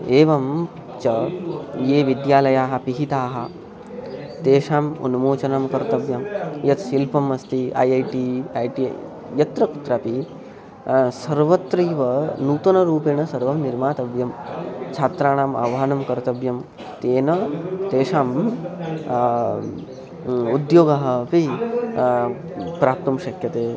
एवं च ये विद्यालयाः पिहिताः तेषाम् उन्मोचनं कर्तव्यं यत् सिल्पम् अस्ति I I T I T यत्र कुत्रापि सर्वत्रैव नूतनरूपेण सर्वं निर्मातव्यं छात्राणाम् आह्वानं कर्तव्यं तेन तेषां उद्योगः अपि प्राप्तुं शक्यते